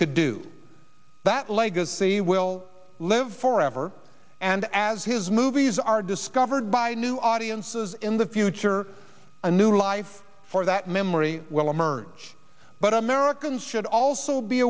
could do that legacy will live forever and as his movies are discovered by new audiences in the future a new life for that memory will emerge but americans should also be